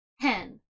hen